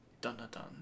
Dun-dun-dun